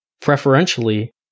preferentially